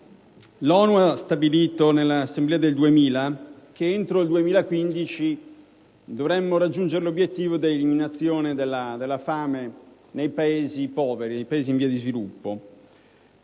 l'ONU ha stabilito nell'assemblea del 2000 che entro il 2015 dovremmo raggiungere l'obiettivo dell'eliminazione della fame nei Paesi poveri, nei Paesi in via di sviluppo.